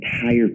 entire